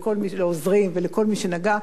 ולעוזרים ולכל מי שנגע,